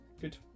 Good